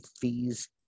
fees